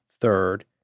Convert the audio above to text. third